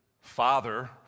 father